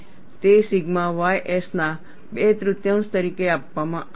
તે sigma ys ના બે તૃતીયાંશ તરીકે આપવામાં આવે છે